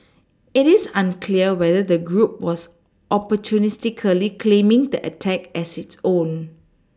it is unclear whether the group was opportunistically claiming the attack as its own